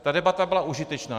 Ta debata byla užitečná.